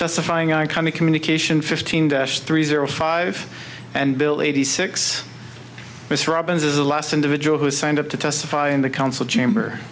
testifying are coming communication fifteen three zero five and bill eighty six mr robbins is the last individual who signed up to testify in the council chamber